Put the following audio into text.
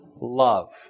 love